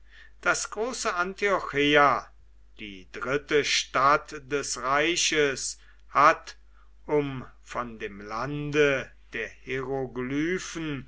das große antiocheia die dritte stadt des reiches hat um von dem lande der hieroglyphen